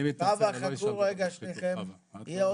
אני מתנצל, אני לא האשמתי את חוה.